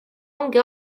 ongi